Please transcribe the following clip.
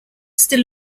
still